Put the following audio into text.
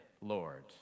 Lord